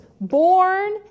Born